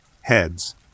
Heads